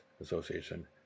Association